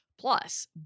plus